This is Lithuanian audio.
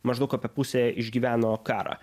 maždaug apie pusė išgyveno karą